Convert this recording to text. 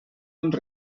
amb